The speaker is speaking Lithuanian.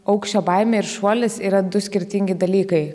aukščio baimė ir šuolis yra du skirtingi dalykai